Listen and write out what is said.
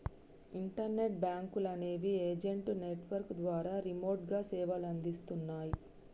internet బ్యేంకులనేవి agent network ద్వారా రిమోట్గా సేవలనందిస్తన్నయ్